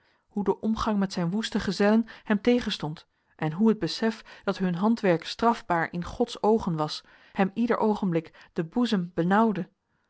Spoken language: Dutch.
hoe de omgang met zijn woeste gezellen hem tegenstond en hoe het besef dat hun handwerk strafbaar in gods oogen was hem ieder oogenblik den boezem benauwde